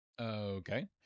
Okay